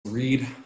read